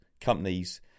companies